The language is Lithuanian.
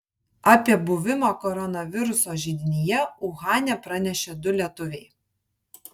apie buvimą koronaviruso židinyje uhane pranešė du lietuviai